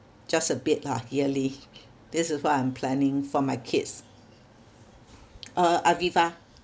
just a bit lah yearly this is what I'm planning for my kids uh Aviva